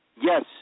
Yes